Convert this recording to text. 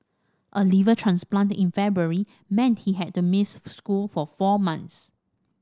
a liver transplant in February meant he had to miss school for four months